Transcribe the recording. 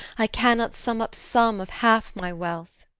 i cannot sum up sum of half my wealth.